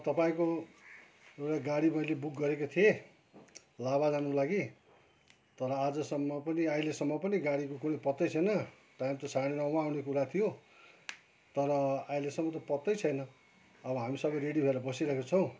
तपाईँको एउटा गाडी मैले बुक गरेको थिएँ लाभा जानुको लागि तर आजसम्म पनि अहिलेसम्म पनि गाडीको कुनै पत्तै छैन टाइम त साढे नौमा आउने कुरा थियो तर अहिलेसम्म त पत्तै छैन अब हामी सबै रेडी भएर बसिरहेको छौँ